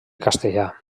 castellà